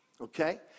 okay